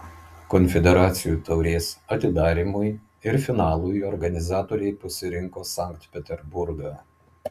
konfederacijų taurės atidarymui ir finalui organizatoriai pasirinko sankt peterburgą